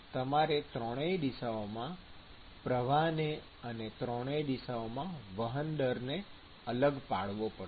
તેથી તમારે ત્રણેય દિશાઓમાં પ્રવાહને અને ત્રણેય દિશાઓમાં વહન દરને અલગ પાડવો પડશે